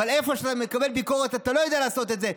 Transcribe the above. אבל איפה שאתה מקבל ביקורת אתה לא יודע לעשות את זה.